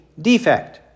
defect